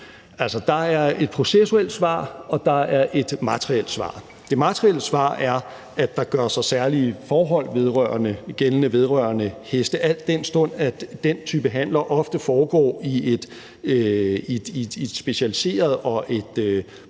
der er et processuelt svar, og der er et materielt svar. Det materielle svar er, at der gør sig særlige forhold gældende vedrørende heste, al den stund at den type handler ofte foregår i et specialiseret og